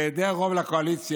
בהיעדר רוב לקואליציה,